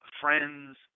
friends